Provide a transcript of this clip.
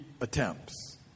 attempts